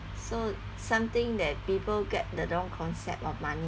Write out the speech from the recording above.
so something that people get the wrong concept of money